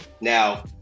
now